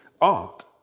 art